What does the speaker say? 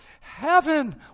heaven